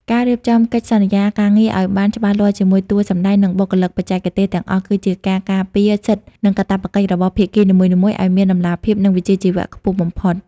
ការរៀបចំកិច្ចសន្យាការងារឱ្យបានច្បាស់លាស់ជាមួយតួសម្ដែង និងបុគ្គលិកបច្ចេកទេសទាំងអស់ គឺជាការការពារសិទ្ធិ និងកាតព្វកិច្ចរបស់ភាគីនីមួយៗឱ្យមានតម្លាភាព និងវិជ្ជាជីវៈខ្ពស់បំផុត។